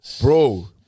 bro